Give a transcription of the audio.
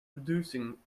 producing